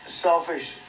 selfish